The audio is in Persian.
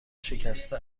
شکسته